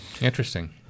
Interesting